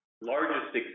Largest